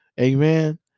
Amen